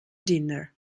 dinner